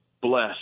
bless